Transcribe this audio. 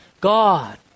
God